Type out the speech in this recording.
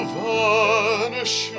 vanish